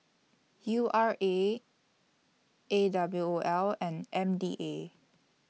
U R A A W O L and M D A